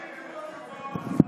בבקשה.